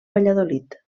valladolid